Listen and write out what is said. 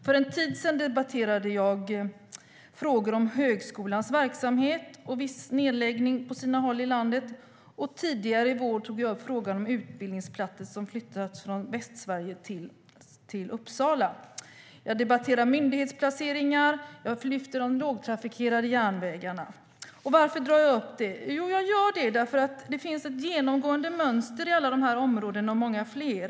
För en tid sedan debatterade jag frågor om högskolans verksamhet och viss nedläggning på sina håll i landet. Och under våren tog jag upp frågan om utbildningsplatser som flyttats från Västsverige till Uppsala. Jag har även debatterat myndighetsplaceringar, och jag har tagit upp frågor om de lågtrafikerade järnvägarna. Varför tar jag upp detta? Jo, jag gör det därför att det finns ett genomgående mönster på alla dessa områden och många fler.